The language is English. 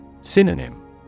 Synonym